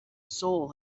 soul